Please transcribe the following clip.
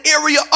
area